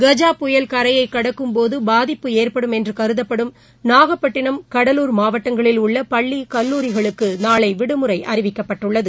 கஜா புயல் கரையைகடக்கும்போதுபாதிப்பு ஏற்படும் என்றுகருதப்படும் நாகப்பட்டினம் கடலூர் மாவட்டங்களில் உள்ளபள்ளிக் கல்லூரிகளுக்குநாளைவிடுமுறைஅறிவிக்கப்பட்டுள்ளது